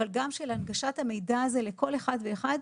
אבל גם של הנגשת המידע הזה לכל אחד ואחד,